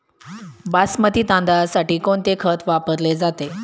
बासमती तांदळासाठी कोणते खत वापरले जाते?